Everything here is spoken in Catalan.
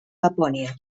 lapònia